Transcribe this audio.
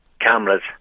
cameras